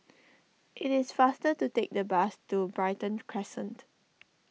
it is faster to take the bus to Brighton Crescent